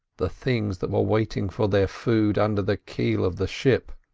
the things that were waiting for their food under the keel of the ship.